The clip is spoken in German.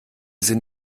sinn